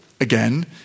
again